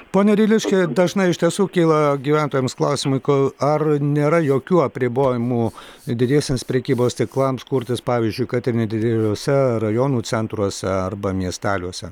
pone ryliški dažnai iš tiesų kyla gyventojams klausimai ko ar nėra jokių apribojimų didiesiems prekybos tiklams kurtis pavyzdžiui kad ir nedideliuose rajonų centruose arba miesteliuose